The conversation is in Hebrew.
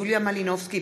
יוליה מלינובסקי,